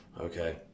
Okay